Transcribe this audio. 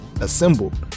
Assembled